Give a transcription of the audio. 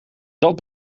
dat